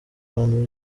abantu